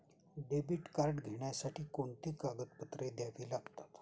Debit card घेण्यासाठी कोणती कागदपत्रे द्यावी लागतात?